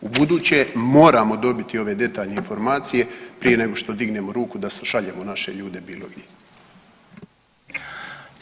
Ubuduće moramo dobiti ove detaljne informacije prije nego što dignemo ruku da šaljemo naše ljude bilo gdje.